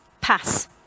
pass